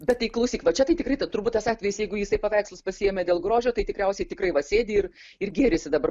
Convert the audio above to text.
bet tai klausyk va čia tai tikrai turbūt tas atvejis jeigu jisai paveikslus pasiėmė dėl grožio tai tikriausiai tikrai va sėdi ir ir gėrisi dabar